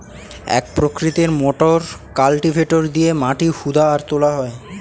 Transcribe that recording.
এক প্রকৃতির motor cultivator দিয়ে মাটি হুদা আর তোলা হয়